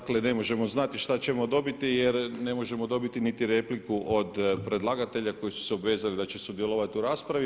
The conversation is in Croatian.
Dakle, ne možemo znati što ćemo dobiti jer ne možemo dobiti niti repliku od predlagatelja koji su se obvezali da će sudjelovati u raspravi.